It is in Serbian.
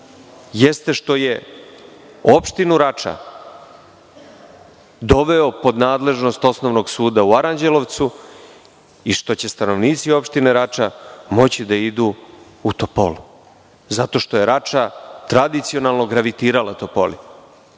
jeste što je opštinu Rača doveo pod nadležnost osnovnog suda u Aranđelovcu i što će stanovnici opštine Rača moći da idu u Topolu. Zato što je Rača tradicionalno gravitirala Topoli